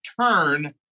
turn